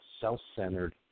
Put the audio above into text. self-centered